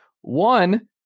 one